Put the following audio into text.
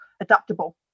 adaptable